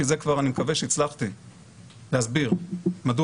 כי לגבי זה אני מקווה שהצלחתי להסביר מדוע